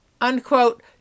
unquote